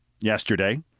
yesterday